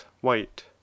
white